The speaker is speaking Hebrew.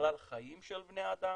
בכלל חיים של בני אדם,